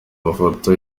mafoto